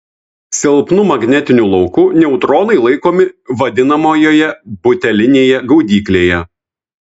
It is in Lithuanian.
silpnu magnetiniu lauku neutronai laikomi vadinamojoje butelinėje gaudyklėje